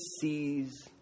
sees